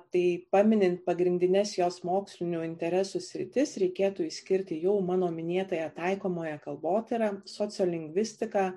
tai paminint pagrindines jos mokslinių interesų sritis reikėtų išskirti jau mano minėtąją taikomąją kalbotyrą sociolingvistiką